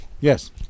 Yes